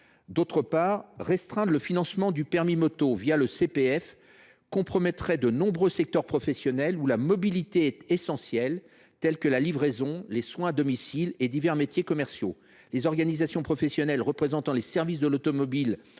d’autre part, restreindre le financement du permis moto le CPF compromettrait les professionnels de nombreux secteurs pour lesquels la mobilité est essentielle, notamment la livraison, les soins à domicile et divers métiers commerciaux. Les organisations professionnelles représentant les services de l’automobile